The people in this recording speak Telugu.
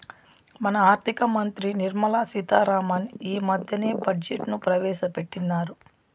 మన ఆర్థిక మంత్రి నిర్మలా సీతా రామన్ ఈ మద్దెనే బడ్జెట్ ను ప్రవేశపెట్టిన్నారు